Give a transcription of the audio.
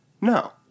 No